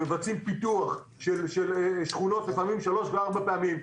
מבצעים פיתוח של שכונות, לפעמים שלוש וארבע פעמים.